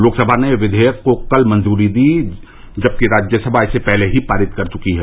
लोकसभा ने विवेयक को कल मंजूरी दी जबकि राज्यसभा इसे पहले ही पारित कर चुकी है